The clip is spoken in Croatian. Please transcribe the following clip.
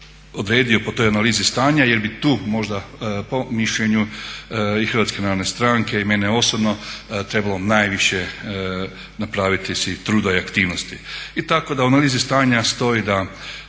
odredio po toj analizi stanja, jer bi tu možda po mišljenju i Hrvatske narodne stranke i mene osobno trebalo najviše napraviti si truda i aktivnosti. I tako da u analizi stanja stoji da